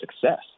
success